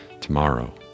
tomorrow